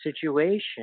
situation